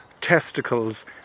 testicles